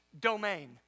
domain